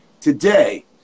today